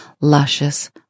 luscious